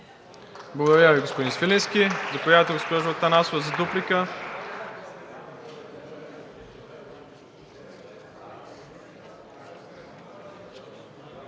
Благодаря Ви, господин Свиленски. Заповядайте, госпожо Атанасова, за дуплика.